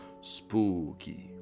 Spooky